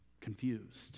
confused